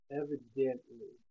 evidently